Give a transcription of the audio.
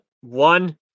one